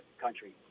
country